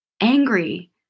angry